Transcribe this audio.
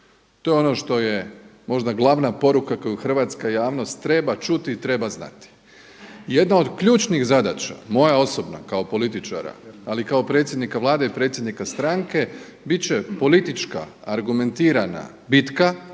To je ono što je možda glavna poruka koju hrvatska javnost treba čuti i treba znati. Jedna od ključnih zadaća moja osobna kao političara, ali i kao predsjednika Vlada i predsjednika stranke bit će politička, argumentirana bitka